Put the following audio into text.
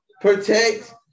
Protect